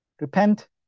Repent